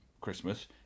Christmas